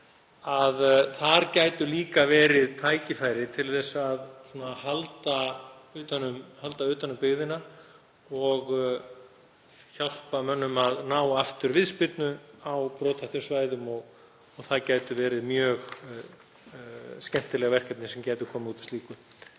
Þar gætu líka verið tækifæri til þess að halda utan um byggðina og hjálpa mönnum að ná aftur viðspyrnu á brothættum svæðum og mjög skemmtileg verkefni gætu komið út úr slíku.